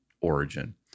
origin